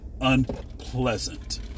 unpleasant